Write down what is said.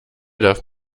darf